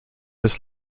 his